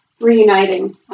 reuniting